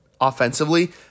offensively